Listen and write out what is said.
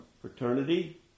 fraternity